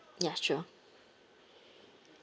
ya sure